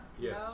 Yes